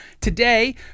today